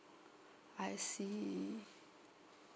I see